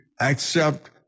accept